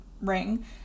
ring